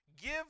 Give